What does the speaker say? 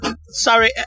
Sorry